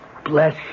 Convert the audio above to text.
Bless